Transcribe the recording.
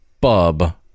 bub